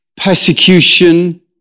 persecution